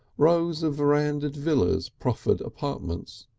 rows of verandahed villas proffered apartments,